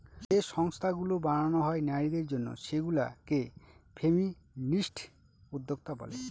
যে সংস্থাগুলো বানানো হয় নারীদের জন্য সেগুলা কে ফেমিনিস্ট উদ্যোক্তা বলে